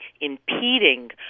impeding